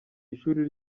ishuri